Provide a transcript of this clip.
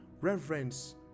Reverence